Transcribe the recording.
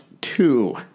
Two